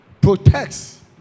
protects